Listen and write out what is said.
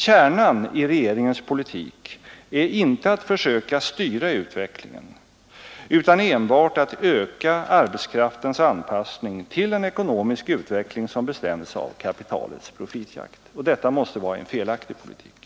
Kärnan i regeringens poltitik är inte att försöka styra utvecklingen utan enbart att öka arbetskraftens anpassning till en ekonomisk utveckling som bestäms av kapitalets profitjakt. Och det måste vara en felaktig politik.